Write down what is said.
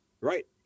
Right